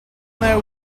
there